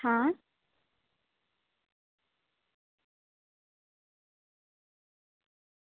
હા